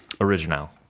Original